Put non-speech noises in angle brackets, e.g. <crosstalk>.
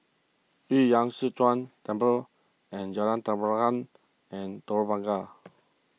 Yu <unintelligible> Temple and Jalan Tenteram and Telok Blangah